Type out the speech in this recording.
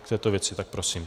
K této věci, tak prosím.